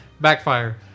Backfire